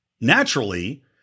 Naturally